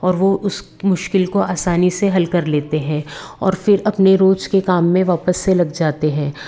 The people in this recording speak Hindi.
और वो उस मुश्किल को आसानी से हल कर लेते हैं और फिर अपने रोज के काम में वापस से लग जाते हैं